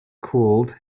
cooled